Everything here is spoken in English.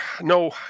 no